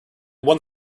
one